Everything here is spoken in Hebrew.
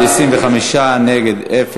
התשע"ג 2013,